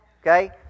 Okay